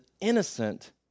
innocent